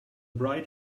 bright